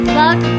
luck